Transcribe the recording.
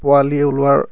পোৱালি ওলোৱাৰ